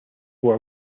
war